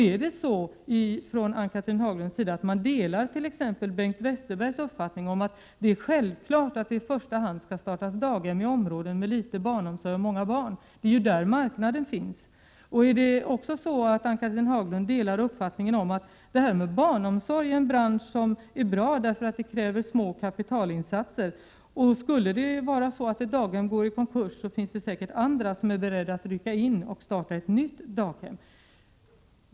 Är det så att Ann-Cathrine Haglund delar t.ex. Bengt Westerbergs uppfattning att det är självklart att det skall startas daghem i första hand i områden med liten barnomsorg och många barn? Det är ju där marknaden finns. Är det så att Ann-Cathrine Haglund delar uppfattningen att barnomsorg är en bransch som är bra, därför att den kräver små kapitalinsatser — skulle ett daghem gå i konkurs finns det säkert på annat håll de som är beredda att rycka in och starta ett nytt daghem?